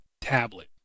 tablet